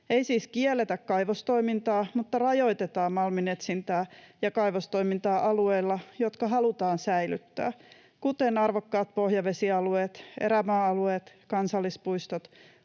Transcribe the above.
Ei siis kielletä kaivostoimintaa, mutta rajoitetaan malminetsintää ja kaivostoimintaa alueilla, jotka halutaan säilyttää, kuten arvokkailla pohjavesialueilla, erämaa-alueilla, kansallispuistoissa,